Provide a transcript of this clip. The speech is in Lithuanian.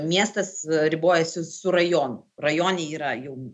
miestas ribojasi su rajonu rajone yra jau